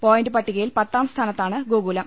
point പട്ടികയിൽ പത്താം സ്ഥാനത്താണ് ഗോകുലം